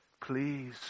please